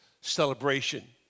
celebration